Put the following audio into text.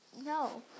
No